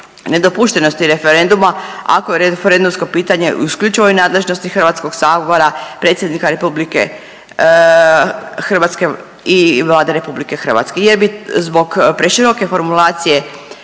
nedopuštenosti referenduma ako je referendumsko pitanje u isključivoj nadležnosti Hrvatskog sabora, Predsjednika Republike i Vlade Republike Hrvatske jer bi zbog preširoke formulacije